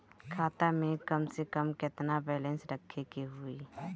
खाता में कम से कम केतना बैलेंस रखे के होईं?